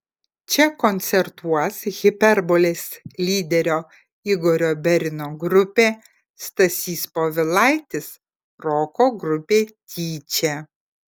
čia koncertuos hiperbolės lyderio igorio berino grupė stasys povilaitis roko grupė tyčia